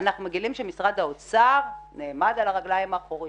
אנחנו מגלים שמשרד האוצר נעמד על הרגליים האחוריות.